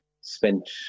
spent